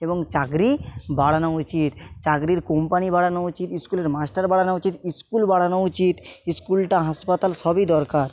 এবং চাকরি বাড়ানো উচিত চাকরির কোম্পানি বাড়ানো উচিত ইস্কুলের মাস্টার বাড়ানো উচিত ইস্কুল বাড়ানো উচিত ইস্কুলটা হাসপাতাল সবই দরকার